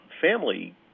family